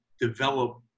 develop